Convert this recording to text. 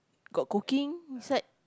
got cooking inside